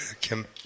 Kim